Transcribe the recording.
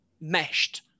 meshed